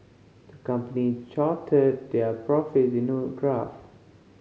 the company charted their profits in a graph